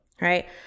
right